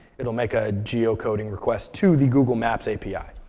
it'll make a geocoding request to the google maps api.